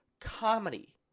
Comedy